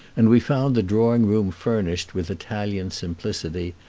and we found the drawing-room furnished with italian simplicity,